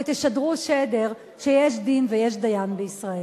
ותשדרו שדר שיש דין ויש דיין בישראל.